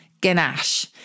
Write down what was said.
Ganache